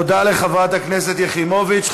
תודה לחברת הכנסת יחימוביץ.